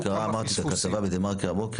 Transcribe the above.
מי שקרא את הכתבה בדה מרקר הבוקר,